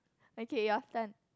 okay your turn